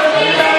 גם את מנסור